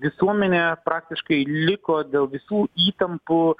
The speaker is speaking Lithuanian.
visuomenė praktiškai liko dėl visų įtampų